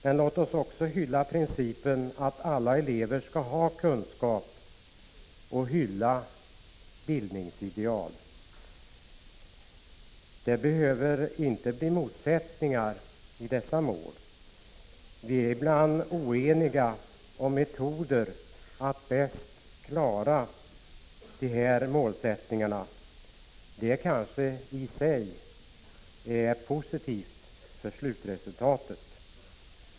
Men låt oss också hylla principen att alla elever skall ha kunskap och höga bildningsideal. Det behöver inte bli motsättningar mellan dessa mål. Vi är ibland oeniga om metoderna för att bäst klara dessa mål, och det är kanske i sig positivt för slutresultatet.